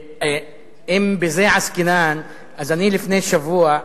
אם בזה עסקינן, אז אני לפני שבוע,